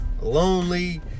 lonely